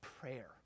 prayer